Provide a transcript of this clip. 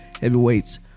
heavyweights